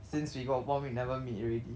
since we got one week never meet already